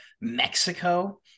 Mexico